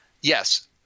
yes